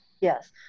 Yes